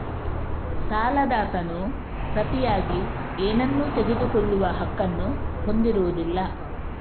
ಸಾಲದಾತನು ಪ್ರತಿಯಾಗಿ ಏನನ್ನೂ ತೆಗೆದುಕೊಳ್ಳುವ ಹಕ್ಕನ್ನು ಹೊಂದಿರುವುದಿಲ್ಲ